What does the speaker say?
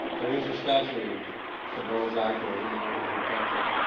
there is a statue to bose ah ikard in weatherford, texas,